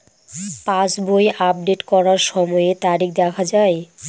পাসবই update করার সময়ে তারিখ দেখা য়ায়?